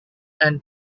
and